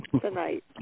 tonight